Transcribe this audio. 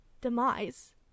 demise